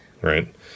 right